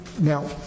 now